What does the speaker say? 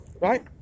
Right